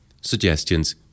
suggestions